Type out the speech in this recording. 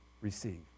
receive